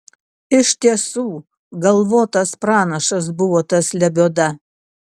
iš tiesų galvotas pranašas buvo tas lebioda